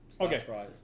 okay